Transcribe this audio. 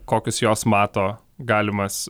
kokius jos mato galimas